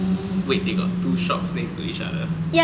wait they got two shops next to each other